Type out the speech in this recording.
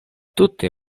tute